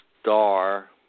Star